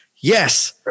yes